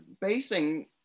basing